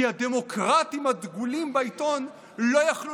כי הדמוקרטים הדגולים בעיתון לא יכלו